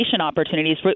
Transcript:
opportunities